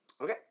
Okay